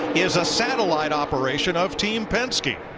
is a satellite operation of team penske.